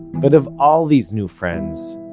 but of all these new friends,